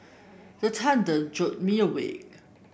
the thunder jolt me awake